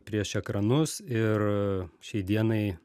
prieš ekranus ir šiai dienai